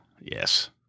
Yes